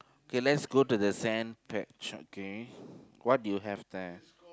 kay let's go to the sand patch okay what do you have there